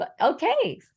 okay